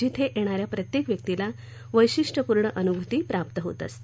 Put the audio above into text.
जिथे येणाऱ्या प्रत्येक व्यक्तीला वैशिष्ट्यपूर्ण अनुभूती प्राप्त होत असते